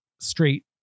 straight